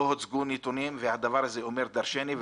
לא הוצגו נתונים והדבר הזה אומר דרשני.